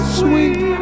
sweet